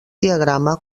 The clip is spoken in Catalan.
diagrama